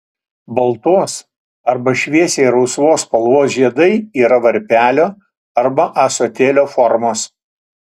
baltos arba šviesiai rausvos spalvos žiedai yra varpelio arba ąsotėlio formos